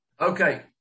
Okay